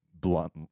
blunt